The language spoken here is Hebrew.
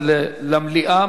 זה למליאה,